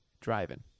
driving